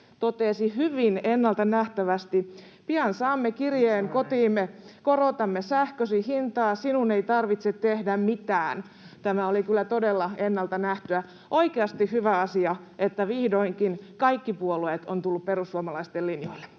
totesi hyvin ennalta nähtävästi: ”Pian saamme kirjeen kotiimme: ’Korotamme sähkösi hintaa, sinun ei tarvitse tehdä mitään.’” Tämä oli kyllä todella ennalta nähtyä. Oikeasti hyvä asia, että vihdoinkin kaikki puolueet ovat tulleet perussuomalaisten linjoille.